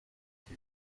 with